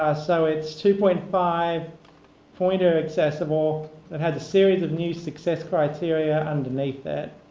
ah so it's two point five pointer accessible that has a series of new success criteria underneath that.